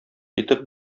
итеп